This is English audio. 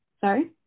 Sorry